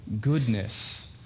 goodness